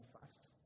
fast